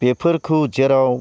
बेफोरखौ जेराव